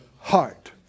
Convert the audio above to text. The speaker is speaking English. heart